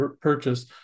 purchase